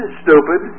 stupid